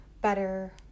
better